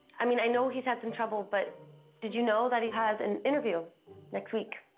i mean, i know he's had some trouble, but did you know that he has an interview next week?